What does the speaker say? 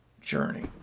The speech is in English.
journey